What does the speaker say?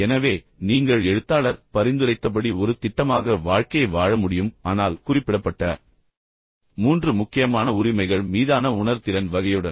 எனவே நீங்கள் எழுத்தாளர் பரிந்துரைத்தபடி ஒரு திட்டமாக வாழ்க்கையை வாழ முடியும் ஆனால் குறிப்பிடப்பட்ட 3 முக்கியமான உரிமைகள் மீதான உணர்திறன் வகையுடன்